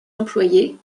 employés